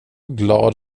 glad